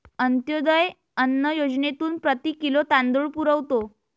अंत्योदय अन्न योजनेतून प्रति किलो तांदूळ पुरवतो